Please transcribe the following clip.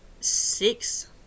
six